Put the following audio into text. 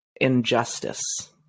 injustice